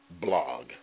blog